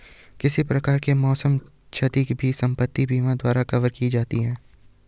किसी प्रकार की मौसम क्षति भी संपत्ति बीमा द्वारा कवर की जाती है